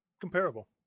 comparable